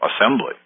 assembly